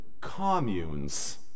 communes